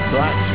Black